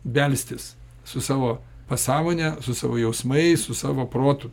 belstis su savo pasąmone su savo jausmais su savo protu